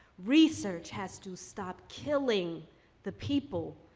research has to stop killing the people,